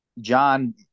John